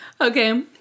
Okay